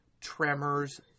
Tremors